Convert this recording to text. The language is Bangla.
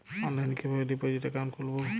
অনলাইনে কিভাবে ডিপোজিট অ্যাকাউন্ট খুলবো?